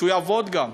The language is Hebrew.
שיעבוד גם.